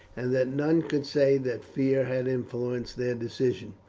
and that none could say that fear had influenced their decision.